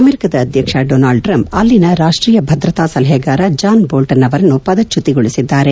ಅಮೆರಿಕದ ಅಧ್ಯಕ್ಷ Donald Trump ಅಲ್ಲಿನ ರಾಷ್ಟೀಯ ಭದ್ರತಾ ಸಲಹೆಗಾರ ಜಾನ್ ಬೋಲ್ಸನ್ ಅವರನ್ನು ಪದಚ್ಯುತಿಗೊಳಿಸಿದ್ದಾರೆ